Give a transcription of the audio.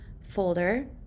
folder